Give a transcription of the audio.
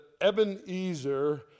Ebenezer